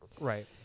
Right